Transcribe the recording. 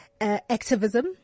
activism